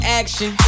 action